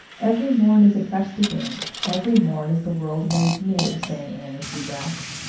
every morn is a fresh beginning, every morn is the world made new, sang anne, as she dressed.